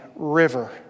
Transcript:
river